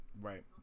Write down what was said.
Right